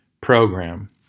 program